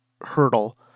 hurdle